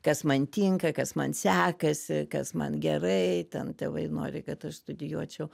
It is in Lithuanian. kas man tinka kas man sekasi kas man gerai ten tėvai nori kad aš studijuočiau